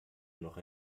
noch